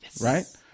right